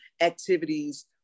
activities